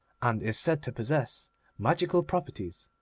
and is said to possess magical properties,